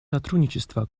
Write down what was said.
сотрудничества